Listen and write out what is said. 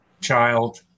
child